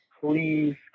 please